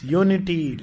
unity